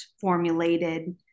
formulated